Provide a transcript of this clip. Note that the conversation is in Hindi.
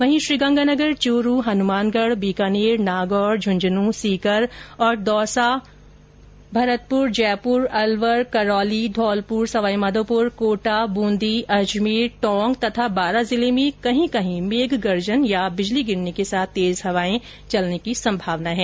वहीं ॅश्रीगंगानगर चूरू हनुमानगढ बीकानेर नागौर झुन्झुनू सीकर दौसा भरतपुर जयपुर अलवर करौली धौलपुर सवाईमाधोपुर कोटा बूंदी अजमेर टोंक और बारा जिले में कही कही मेघ गर्जन या बिजली गिरने के साथ तेज हवाए चलने की संभावना है